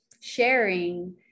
sharing